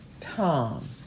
Tom